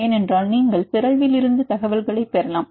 ஏனென்றால் நீங்கள் பிறழ்விலிருந்து தகவல்களைப் பெறலாம்